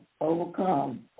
overcome